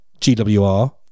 GWR